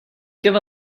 give